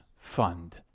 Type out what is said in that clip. fund